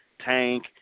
Tank